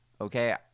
Okay